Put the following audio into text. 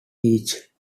each